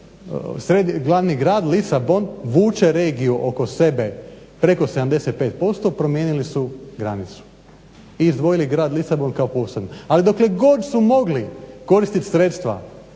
da im glavni grad Lisabon vuče regiju oko sebe preko 75% promijenili su granicu i izdvojili grad Lisabon kao poseban. Ali dokle god su mogli koristit sredstva